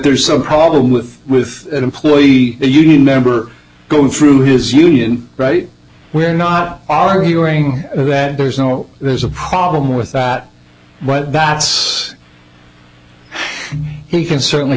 there's a problem with with an employee union member go through his union right we're not all are hearing that there's no there's a problem with that but that's he can certainly